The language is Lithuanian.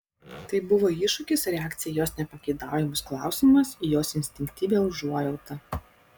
tai buvo iššūkis reakcija į jos nepageidaujamus klausimus į jos instinktyvią užuojautą